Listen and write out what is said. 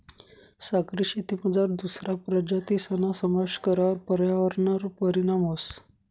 सागरी शेतीमझार दुसरा प्रजातीसना समावेश करावर पर्यावरणवर परीणाम व्हस